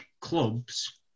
clubs